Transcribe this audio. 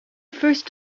first